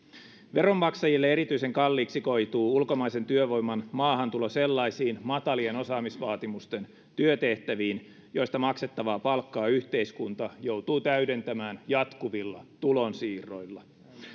veronmaksajille erityisen kalliiksi koituu ulkomaisen työvoiman maahantulo sellaisiin matalien osaamisvaatimusten työtehtäviin joista maksettavaa palkkaa yhteiskunta joutuu täydentämään jatkuvilla tulonsiirroilla